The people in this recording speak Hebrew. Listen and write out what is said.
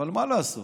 אבל מה לעשות,